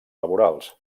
laborals